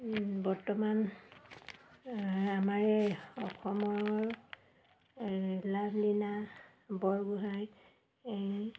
বৰ্তমান আমাৰে অসমৰ লাভলীনা বৰগোহাঁই